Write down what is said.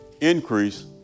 Increase